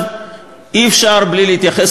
אי-אפשר בלי להתייחס,